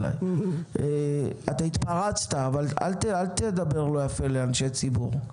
אל תדבר לא יפה לאנשי ציבור,